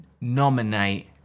nominate